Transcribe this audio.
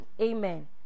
amen